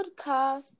podcast